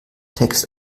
text